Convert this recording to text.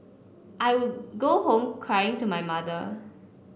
I would go home crying to my mother